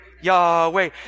Yahweh